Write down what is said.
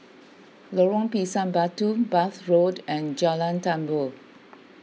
Lorong Pisang Batu Bath Road and Jalan Tambur